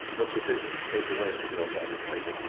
was sufficient to take away the girl's appetite.